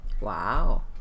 Wow